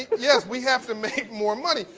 yeah we have to make more money.